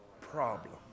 problem